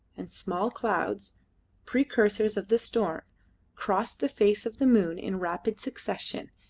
and small clouds precursors of the storm crossed the face of the moon in rapid succession,